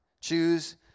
Choose